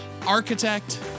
architect